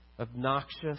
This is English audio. Obnoxious